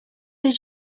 did